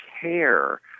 care